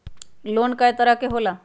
Loan कय तरह के होला?